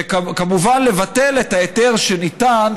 וכמובן לבטל את ההיתר שניתן,